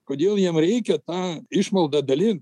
kodėl jam reikia tą išmaldą dalinti